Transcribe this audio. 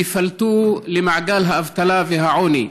ייפלטו למעגל האבטלה והעוני.